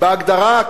בהגדרה,